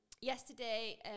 yesterday